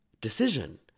decision